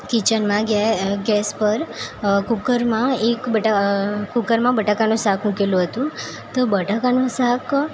કિચનમાં ગેસ પર કૂકરમાં એક બટા કૂકરમાં બટાકાનું શાક મૂકેલું હતું તો બટાકાનું શાક